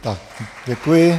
Tak děkuji.